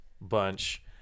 bunch